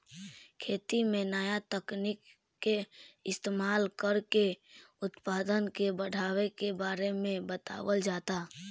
खेती में नया तकनीक के इस्तमाल कर के उत्पदान के बढ़ावे के बारे में बतावल जाता